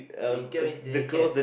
we going to the cafe